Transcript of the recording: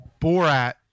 borat